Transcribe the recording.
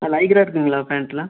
ஆ lycra இருக்குங்களா பேண்ட்டுலாம்